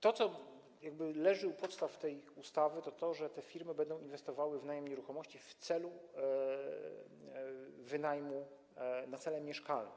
To, co leży u podstaw tej ustawy, to to, że te firmy będą inwestowały w najem nieruchomości w celu wynajmu na cele mieszkalne.